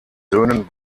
söhnen